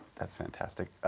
that's fantastic.